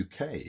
UK